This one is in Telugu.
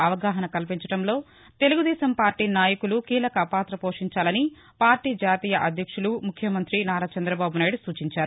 అవగాహన కల్పించడంలో తెలుగుదేశం పార్లీ నాయకులు కీలకపాత పోషించాలని పార్టీ జాతీయ అధ్యక్షులు ముఖ్యమంత్రి నారా చంద్రబాబనాయుడు నూచించారు